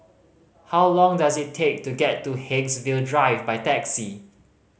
how long does it take to get to Haigsville Drive by taxi